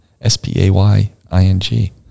s-p-a-y-i-n-g